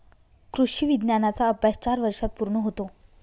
कृषी विज्ञानाचा अभ्यास चार वर्षांत पूर्ण होतो